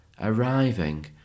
arriving